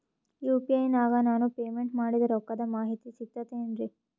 UPI ನಾಗ ನಾನು payment ಮಾಡಿದ ರೊಕ್ಕದ ಮಾಹಿತಿ ಸಿಕ್ತಾತೇನ್ರೀ?